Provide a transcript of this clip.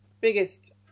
biggest